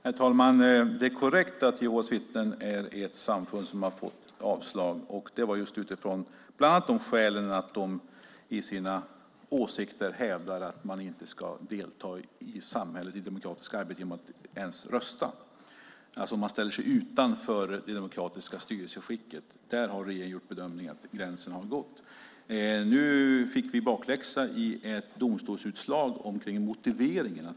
Herr talman! Det är korrekt att Jehovas vittnen är ett samfund som har fått avslag. Det var just utifrån att man hävdar att man inte ska delta i samhället, i det demokratiska arbetet, genom att ens rösta. Man ställer sig alltså utanför det demokratiska styresskicket. Där har regeringen bedömt att gränsen har gått. Nu fick vi bakläxa i ett domstolsutslag när det gällde motiveringen.